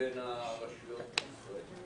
בין הרשויות בישראל.